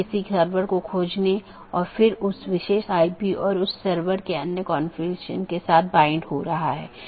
यदि तय अवधी के पूरे समय में सहकर्मी से कोई संदेश प्राप्त नहीं होता है तो मूल राउटर इसे त्रुटि मान लेता है